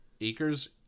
acres